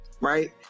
right